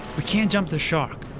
we can't jump the shark.